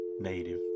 native